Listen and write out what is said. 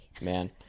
Man